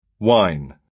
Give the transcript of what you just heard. wine